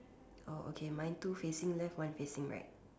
oh okay mine two facing left one facing right